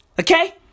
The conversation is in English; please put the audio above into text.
Okay